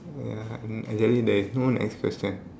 ya and actually there is no next question